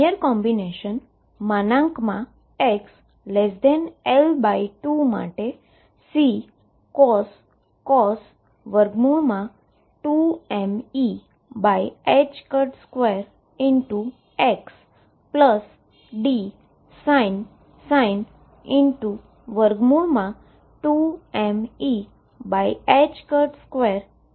linear combination xL2 માટે C cos 2mE2x Dsin 2mE2x હોઈ શકે છે